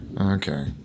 Okay